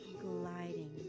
gliding